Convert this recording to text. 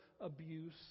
abuse